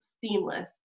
seamless